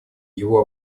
его